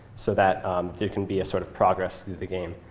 so that there can be a sort of progress through the game.